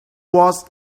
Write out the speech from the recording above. what